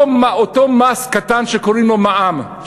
אותו מס קטן שקוראים לו מע"מ,